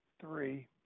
three